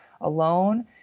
alone